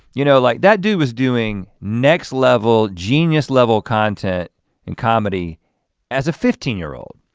you know like that dude was doing next level, genius level content in comedy as a fifteen year old.